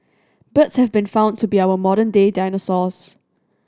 birds have been found to be our modern day dinosaurs